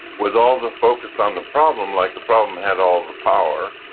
with all the focus on the problem like the problem had all the power.